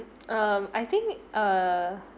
um I think uh